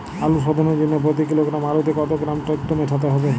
আলু শোধনের জন্য প্রতি কিলোগ্রাম আলুতে কত গ্রাম টেকটো মেশাতে হবে?